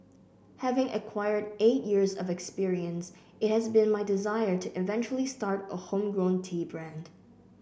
having acquired eight years of experience it has been my desire to eventually start a homegrown tea brand